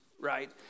Right